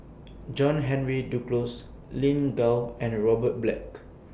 John Henry Duclos Lin Gao and Robert Black